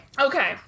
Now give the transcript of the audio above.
Okay